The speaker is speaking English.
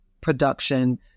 production